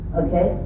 okay